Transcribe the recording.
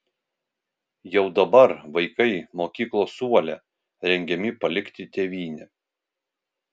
jau dabar vaikai mokyklos suole rengiami palikti tėvynę